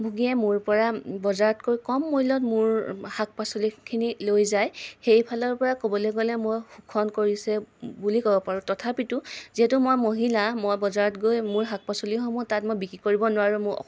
ভোগীয়ে মোৰ পৰা বজাৰতকৈ কম মূল্যত মোৰ শাক পাচলিখিনি লৈ যায় সেইফালৰ পৰা ক'বলৈ গ'লে মই শোষণ কৰিছে বুলি ক'ব পাৰোঁ তথাপিতো যিহেতু মই মহিলা মই বজাৰত গৈ মোৰ শাক পাচলিুসমূহ তাত মই বিক্ৰী কৰিব নোৱাৰোঁ মোৰ